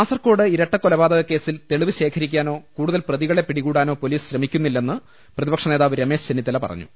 കാസർകോട് ഇരട്ടക്കൊലപാതക കേസിൽ തെളിവ് ശേഖരിക്കാനോ കൂടുതൽ പ്രതികളെ പിടികൂടാനോ പൊലീസ് ശ്രമിക്കുന്നില്ലെന്ന് പ്രതിപക്ഷ നേതാവ് രമേശ് ചെന്നിത്തല പറഞ്ഞൂ